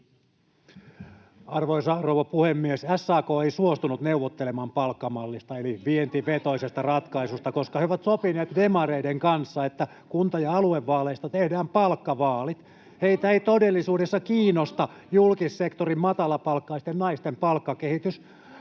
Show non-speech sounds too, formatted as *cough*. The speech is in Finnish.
Arvoisa rouva puhemies! SAK ei suostunut neuvottelemaan palkkamallista *noise* eli vientivetoisesta ratkaisusta, koska he ovat sopineet demareiden kanssa, että kunta- ja aluevaaleista tehdään palkkavaalit. Heitä ei todellisuudessa kiinnosta julkissektorin matalapalkkaisten naisten palkkakehitys.